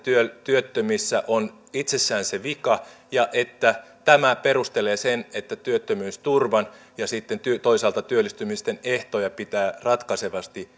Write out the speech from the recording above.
työttömissä on itsessään se vika ja että tämä perustelee sen että työttömyysturvan ja sitten toisaalta työllistymisten ehtoja pitää ratkaisevasti